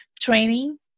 training